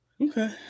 Okay